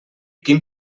quin